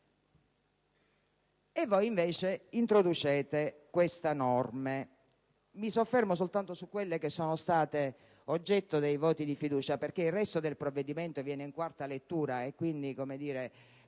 Voi invece introducete queste norme. Mi soffermo soltanto su quelle che sono state oggetto dei voti di fiducia, perché il resto del provvedimento è in terza lettura; mi piacerebbe